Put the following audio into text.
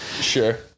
Sure